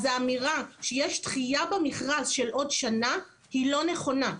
אז האמירה שיש דחיה במכרז של עוד שנה היא לא נכונה.